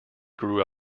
grew